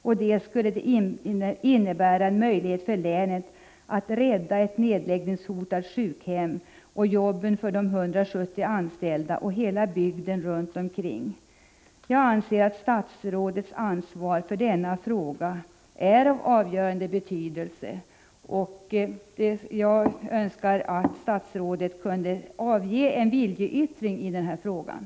Dessutom skulle en sådan åtgärd ge länet en möjlighet att rädda ett nedläggningshotat sjukhem. Därigenom skulle jobben för de 170 personer som är anställda där och hela bygden däromkring kunna räddas. Jag anser att statsrådets ansvar i denna fråga är av avgörande betydelse. Jag önskar således att statsrådet kunde avge en viljeyttring i detta sammanhang.